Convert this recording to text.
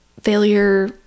failure